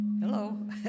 Hello